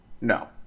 no